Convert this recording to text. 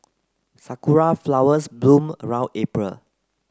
sakura flowers bloom around April